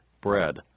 bread